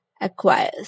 acquires